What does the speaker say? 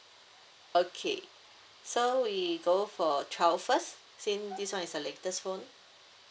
okay so we go for twelve first since this one is the latest phone